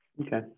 Okay